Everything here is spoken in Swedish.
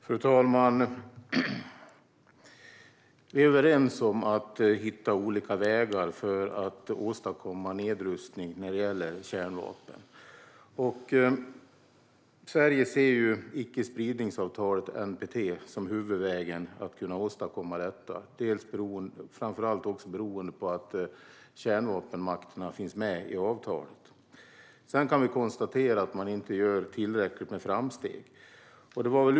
Fru talman! Vi är överens om att vi ska hitta olika vägar för att åstadkomma nedrustning av kärnvapen. Sverige ser icke-spridningsavtalet, NPT, som huvudvägen för att åstadkomma detta, framför allt för att kärnvapenmakterna finns med i avtalet. Vi kan dock konstatera att man inte gör tillräckliga framsteg.